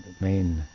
main